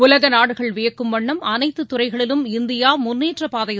உலக நாடுகள் வியக்கும் வண்ணம் அனைத்து துறைகளிலும் இந்தியா முன்னேற்ற பாதையில்